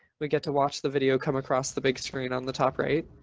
we get to watch the video come across the big screen on the top right.